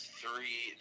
three